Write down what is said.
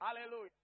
Hallelujah